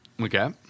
Okay